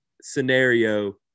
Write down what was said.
scenario